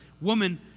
woman